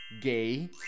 gay